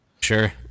Sure